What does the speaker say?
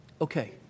Okay